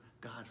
God